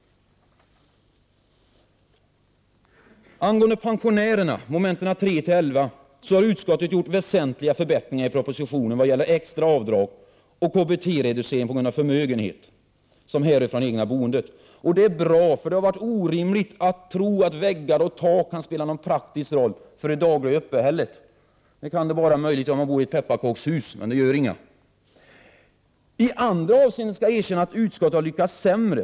Angående pensionärerna — mom. 3-11 — har utskottet gjort väsentliga förbättringar i propositionen i vad gäller extra avdrag och KBT-reducering på grund av förmögenhet som härrör från det egna boendet. Det är bra, för det har varit orimligt att tro att väggar och tak kan spela någon praktisk roll för det dagliga uppehället. Det kan det bara göra om man bor i ett pepparkakshus, men det gör inga människor. I andra avseenden skall jag erkänna att utskottet har lyckats sämre.